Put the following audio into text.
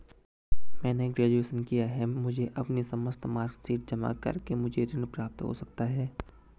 मैंने ग्रेजुएशन किया है मुझे अपनी समस्त मार्कशीट जमा करके मुझे ऋण प्राप्त हो सकता है?